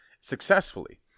successfully